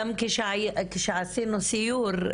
גם כשעשינו סיור,